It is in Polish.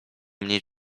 mniej